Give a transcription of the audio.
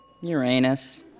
Uranus